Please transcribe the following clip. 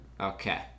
Okay